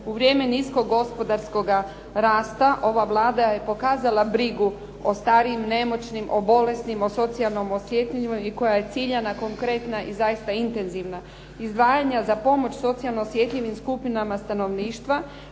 U vrijeme niskog gospodarskoga rasta ova Vlada je pokazala brigu o starijim, nemoćnim, o bolesnik, o socijalno osjetljivim i koja je ciljana, konkretna i zaista intenzivna. Izdvajanja za pomoć socijalno osjetljivim skupinama stanovništva